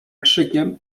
krzykiem